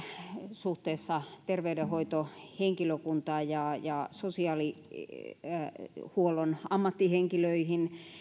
suhteessa terveydenhoitohenkilökuntaan ja ja sosiaalihuollon ammattihenkilöihin